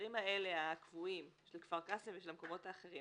האתרים הקבועים של כפר קאסם ושל המקומות האחרים